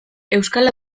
euskal